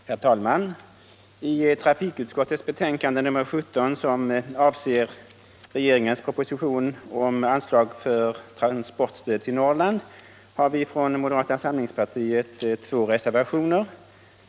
Herr talman! I trafikutskottets betänkande nr 17 som avser regeringens proposition om anslag för transportstöd till Norrland har moderata samlingspartiet två reservationer.